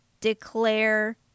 declare